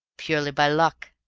purely by luck,